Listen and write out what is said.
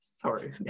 sorry